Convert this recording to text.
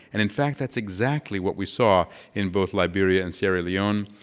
and in fact that's exactly what we saw in both liberia and sierra leone.